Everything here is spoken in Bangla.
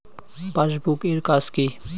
পাশবুক এর কাজ কি?